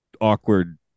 awkward